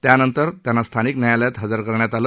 त्यानंतर त्यांना स्थानिक न्यायालयात हजर करण्यात आलं